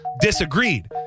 disagreed